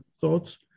thoughts